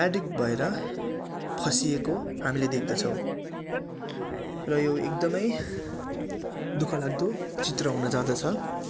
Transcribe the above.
addict भएर फँसिएको हामीले देख्दछौँ र यो एकदमै दुःखलाग्दो चित्र हुन जाँदछ